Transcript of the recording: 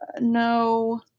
No